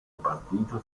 partito